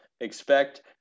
expect